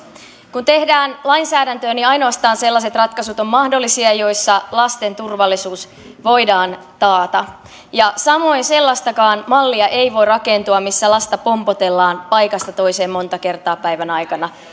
kun tehdään lainsäädäntöä ainoastaan sellaiset ratkaisut ovat mahdollisia joissa lasten turvallisuus voidaan taata samoin sellaistakaan mallia ei voi rakentua missä lasta pompotellaan paikasta toiseen monta kertaa päivän aikana